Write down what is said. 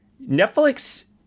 Netflix